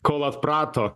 kol atprato